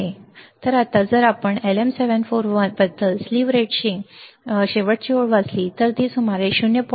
तर आता जर आपण LM741 बद्दल स्लीव्ह रेटसाठी शेवटची ओळ वाचली तर ती सुमारे 0